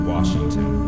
Washington